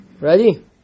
ready